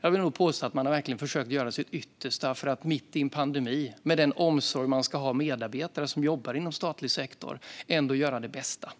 Jag vill nog påstå att man verkligen har försökt göra sitt yttersta för att mitt i en pandemi, med den omsorg man ska ha om medarbetare som jobbar inom statlig sektor, ändå göra det bästa.